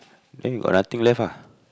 then you got nothing left ah